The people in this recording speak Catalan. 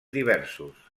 diversos